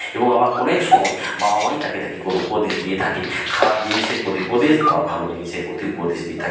এবং আবার অনেক সময় বাবা মাই তাকে তাকে কোনো উপদেশ দিয়ে থাকে খারাপ জিনিসের প্রতি উপদেশ আবার ভালো জিনিসের প্রতি উপদেশ দিয়ে থাকে